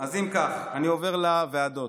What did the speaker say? אם כך, אני עובר לוועדות.